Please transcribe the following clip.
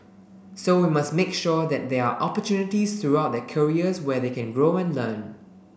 so we must make sure that there are opportunities throughout their careers where they can grow and learn